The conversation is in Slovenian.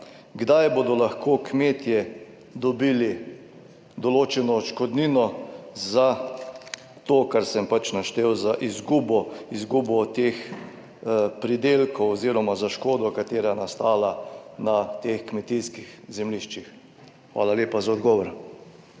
Kdaj bodo lahko kmetje dobili določeno odškodnino za to, kar sem naštel, za izgubo teh pridelkov oziroma za škodo, ki je nastala na teh kmetijskih zemljiščih? Hvala lepa za odgovor.